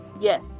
Yes